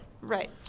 Right